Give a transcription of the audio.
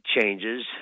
changes